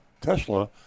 Tesla